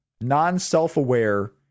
non-self-aware